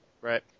Right